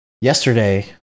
yesterday